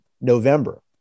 November